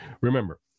Remember